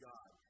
God